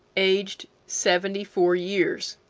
aged seventy-four years.